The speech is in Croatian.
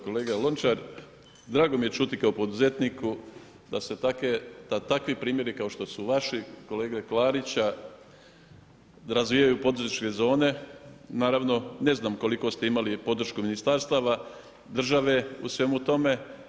Kolega Lončar, drago mi je čuti kao poduzetniku da takvi primjeri kao što su vaši, kolege Klarića, razvijaju poduzetničke zone, naravno ne znam koliko ste imali podršku ministarstava, države u svemu tome.